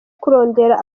kurondera